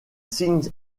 signe